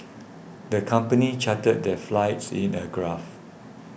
the company charted their flies in a graph